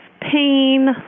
pain